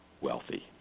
wealthy